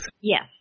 Yes